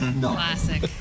Classic